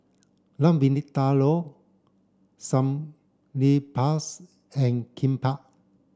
Lamb Vindaloo and Kimbap